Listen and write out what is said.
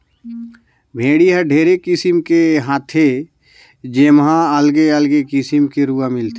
भेड़ी हर ढेरे किसिम के हाथे जेम्हा अलगे अगले किसिम के रूआ मिलथे